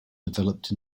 developed